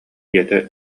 ийэтэ